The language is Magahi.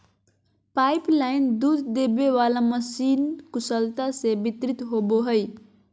पाइपलाइन दूध देबे वाला मशीन कुशलता से वितरित होबो हइ